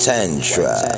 Tantra